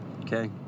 okay